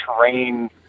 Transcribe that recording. terrain